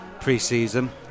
pre-season